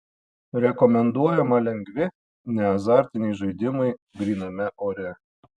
rekomenduojama lengvi neazartiniai žaidimai gryname ore